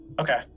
Okay